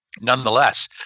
nonetheless